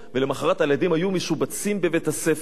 ולמחרת הילדים היו משובצים בבית-הספר,